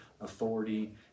authority